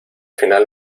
final